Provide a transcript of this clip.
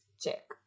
Check